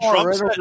Trump